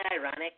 ironic